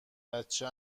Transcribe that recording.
بچه